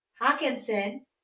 Hawkinson